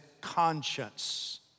conscience